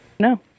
No